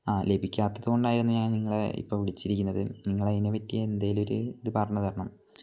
ആ ലഭിക്കാത്തത് കൊണ്ടായിരുന്നു ഞാൻ നിങ്ങളെ ഇപ്പം വിളിച്ചിരിക്കുന്നത് നിങ്ങൾ അതിനെ പറ്റി എന്തെങ്കിലും ഒരു ഇത് പറഞ്ഞു തരണം